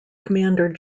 commander